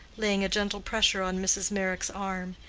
laying a gentle pressure on mrs. meyrick's arm,